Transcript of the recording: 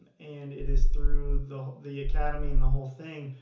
and and it is through the the academy and the whole thing,